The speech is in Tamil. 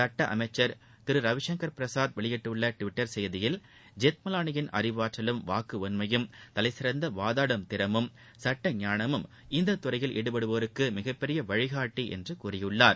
சுட்ட அமைச்சர் திரு ரவிசங்கர் பிரசாத் வெளியிட்டுள்ள டுவிட்டர் செய்தியில் ஜெத்மலானியின் அறிவாற்றலும் வாக்குவன்மையும் தலைசிறந்த வாதாடும் திறமும் சட்ட ஞானமும் இந்தத்துறையில் ஈடுபடுவோருக்கு மிகபெரிய வழிகாட்டி என்று கூறியிருக்கிறார்